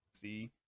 see